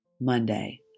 Monday